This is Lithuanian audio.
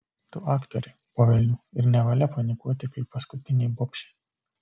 tu aktorė po velnių ir nevalia panikuoti kaip paskutinei bobšei